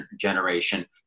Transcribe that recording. generation